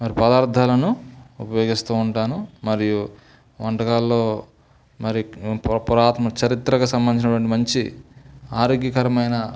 మరి పదార్థాలను ఉపయోగిస్తూ ఉంటాను మరియు వంటకాల్లో మరి పురాతన చరిత్రకు సంబంధించినటువంటి మంచి ఆరోగ్యకరమైన